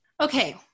Okay